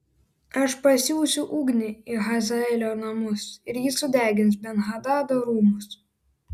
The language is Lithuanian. aš pasiųsiu ugnį į hazaelio namus ir ji sudegins ben hadado rūmus